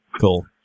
Cool